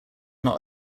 not